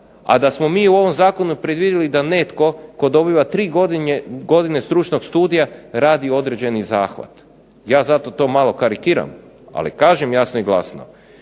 a da smo mi u ovom zakonu predvidjeli da netko tko dobiva tri godine stručnog studija radi određeni zahvat. Ja zato to malo karikiram, ali kažem jasno i glasno